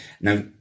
now